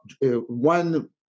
one